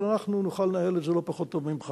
אבל אנחנו נוכל לנהל את זה לא פחות טוב ממך,